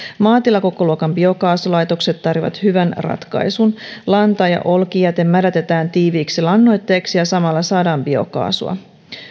maatilakokoluokan biokaasulaitokset tarjoavat hyvän ratkaisun lanta ja olkijäte mädätetään tiiviiksi lannoitteeksi ja samalla saadaan biokaasua